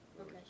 Okay